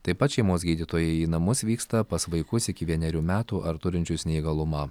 taip pat šeimos gydytojai į namus vyksta pas vaikus iki vienerių metų ar turinčius neįgalumą